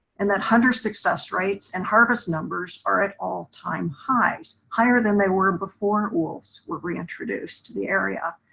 and then hunters success rates and harvest numbers are at all time highs, higher than they were before wolves were reintroduced to the area.